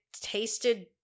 tasted